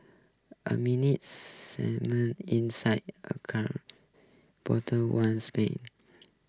a mini inside a car bottle ones pen